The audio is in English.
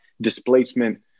displacement